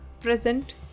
present